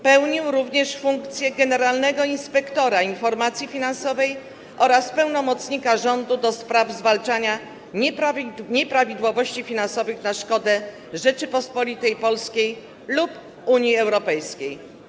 Pełnił również funkcję generalnego inspektora informacji finansowej oraz pełnomocnika rządu do spraw zwalczania nieprawidłowości finansowych na szkodę Rzeczypospolitej Polskiej lub Unii Europejskiej.